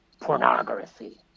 Pornography